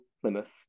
Plymouth